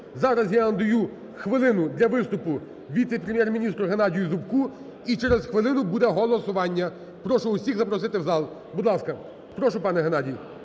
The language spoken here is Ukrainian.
Зараз я надаю хвилину для виступу віце-прем'єр-міністру Геннадію Зубку. І через хвилину буде голосування. Прошу усіх запросити в зал. Будь ласка, прошу пане Геннадій.